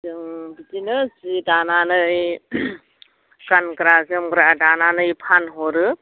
जों बिदिनो जि दानानै गानग्रा जोमग्रा दानानै फानहरो